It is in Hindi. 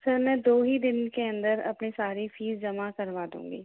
सर मैं दो ही दिन के अंदर अपनी सारी फीस जमा करवा दूंगी